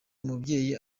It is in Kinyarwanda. umubyeyi